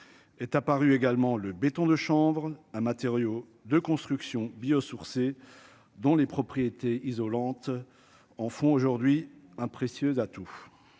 est apparu également le béton de chanvre un matériaux de construction, bio-sourcés dont les propriétés isolantes en font aujourd'hui un précieux atout